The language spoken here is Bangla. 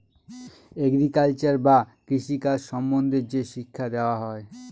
এগ্রিকালচার বা কৃষি কাজ সম্বন্ধে যে শিক্ষা দেওয়া হয়